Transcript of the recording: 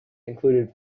included